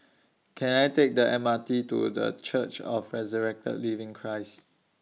Can I Take The M R T to The Church of Resurrected Living Christ